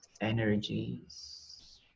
energies